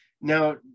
Now